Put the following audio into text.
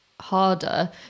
harder